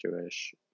Jewish